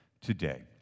today